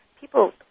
People